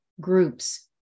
groups